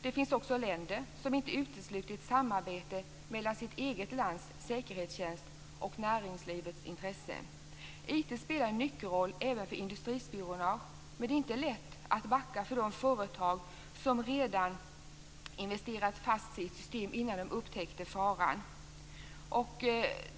Det finns länder som inte utesluter ett samarbete mellan sitt eget lands säkerhetstjänst och näringslivets intressen. IT spelar en nyckelroll även för industrispionage, men det är inte lätt att backa för de företag som redan hade investerat fast sig i ett system innan de upptäckte faran.